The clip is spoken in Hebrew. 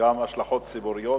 וגם השלכות ציבוריות,